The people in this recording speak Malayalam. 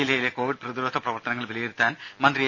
ജില്ലയിലെ കോവിഡ് പ്രതിരോധ പ്രവർത്തനങ്ങൾ വിലയിരുത്താൻ മന്ത്രി എ